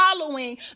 following